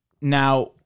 Now